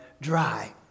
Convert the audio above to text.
dry